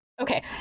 Okay